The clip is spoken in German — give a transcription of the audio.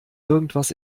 irgendwas